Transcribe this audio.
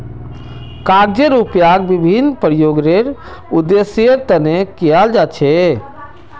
कागजेर उपयोग विभिन्न प्रकारेर उद्देश्येर तने कियाल जा छे